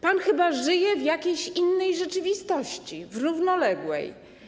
Pan chyba żyje w jakiejś innej rzeczywistości, równoległej.